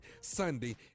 Sunday